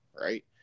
Right